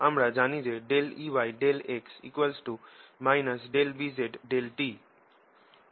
আমরা জানি Eyx Bz∂t